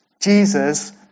Jesus